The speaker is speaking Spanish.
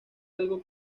algo